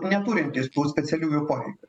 neturintys tų specialiųjų poreikių